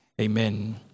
Amen